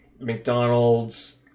McDonald's